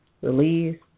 release